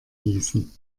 gießen